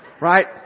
Right